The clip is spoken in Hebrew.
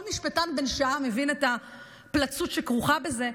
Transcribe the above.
כל משפטן בין שעה מבין את הפלצות שכרוכה בזה,